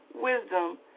wisdom